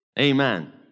Amen